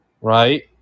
right